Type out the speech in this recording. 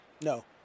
No